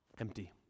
empty